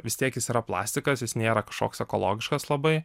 vis tiek jis yra plastikas jis nėra kažkoks ekologiškas labai